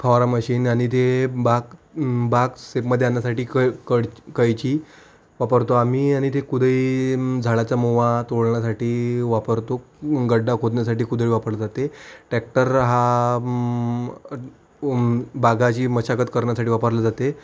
फवारा मशीन आणि ते बाग बाग सेपमदे आणण्यासाठी कै कड कैची वापरतो आम्ही आणि ती कुदळी आणि झाडाचा मोवा तोडण्यासाठी वापरतो गड्डा खोदण्यासाठी कुदळी वापरतात ते ट्रक्टर हा म बागाची मशागत करण्यासाठी वापरला जाते